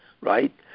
right